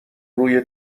روی